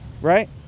right